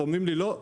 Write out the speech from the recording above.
ואומרים לי: לא,